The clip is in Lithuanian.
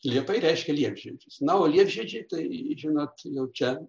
liepai reiškia liepžie na o liepžiedžiai tai žinot čia